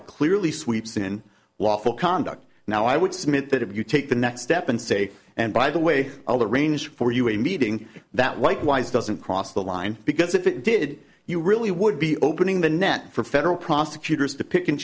it clearly sweeps in lawful conduct now i would submit that if you take the next step and say and by the way all the range for you a meeting that likewise doesn't cross the line because if it did you really would be opening the net for federal prosecutors to pick and